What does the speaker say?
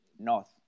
north